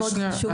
מאוד חשוב לי.